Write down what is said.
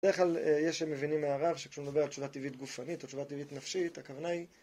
דרך כלל יש מבינים הערה שכשהוא מדברים על תשובה טבעית גופנית או תשובה טבעית נפשית, הכוונה היא